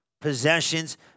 possessions